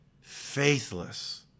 faithless